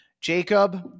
Jacob